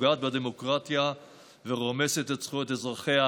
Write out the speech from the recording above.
פוגעת בדמוקרטיה ורומסת את זכויות אזרחיה.